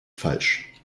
falsch